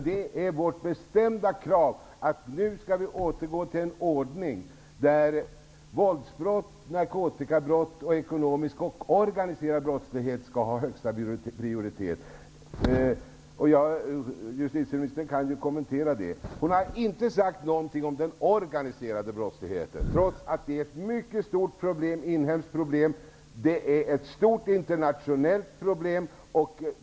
Det är vårt bestämda krav att vi nu skall återgå till en ordning där våldsbrott, narkotikabrott, ekonomisk och organiserad brottslighet skall ha högsta prioritet. Justititieministern kan väl kommentera det. Hon har inte sagt någonting om den organiserade brottsligheten, trots att den utgör ett mycket stort inhemskt problem. Det är också ett stort internationellt problem.